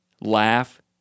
laugh